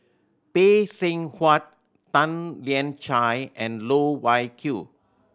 Phay Seng Whatt Tan Lian Chye and Loh Wai Kiew